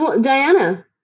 Diana